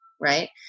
Right